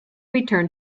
return